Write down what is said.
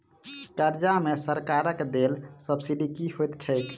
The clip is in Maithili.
कर्जा मे सरकारक देल सब्सिडी की होइत छैक?